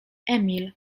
emil